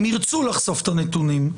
אם ירצו לחשוף את הנתונים,